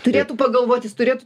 turėtų pagalvot jis turėtų